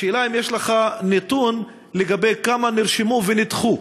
השאלה אם יש לך נתון לגבי כמה נרשמו ונדחו,